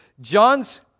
John's